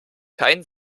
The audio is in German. kein